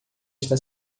está